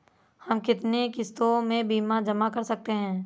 हम कितनी किश्तों में बीमा जमा कर सकते हैं?